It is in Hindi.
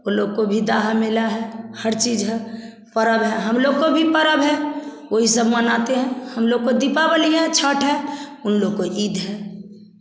वे लोग को भी दाह मिला है हर चीज़ है पर्व है हम लोग को भी पर्व है वही सब मानते हैं हम लोग को दीपावली है छठ है उन लोग को ईद है